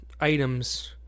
items